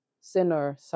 sinner